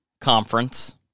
conference